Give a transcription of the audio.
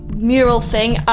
mural thing,